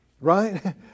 Right